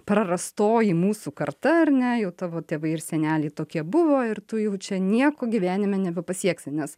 prarastoji mūsų karta ar ne jau tavo tėvai ir seneliai tokie buvo ir tu jau čia nieko gyvenime nebepasieksi nes